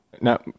Now